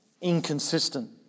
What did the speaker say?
inconsistent